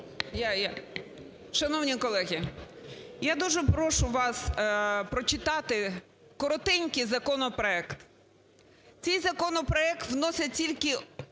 Л.Л. Шановні колеги, я дуже прошу вас прочитати коротенький законопроект. Цей законопроект вносить тільки